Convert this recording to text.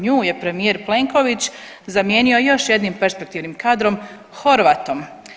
Nju je premijer Plenković zamijenio još jednim perspektivnim kadrom, Horvatom.